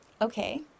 Okay